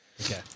Okay